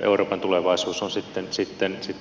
euroopan tulevaisuus on sitten suomea ja suomen tulevaisuutta